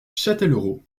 châtellerault